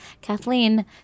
Kathleen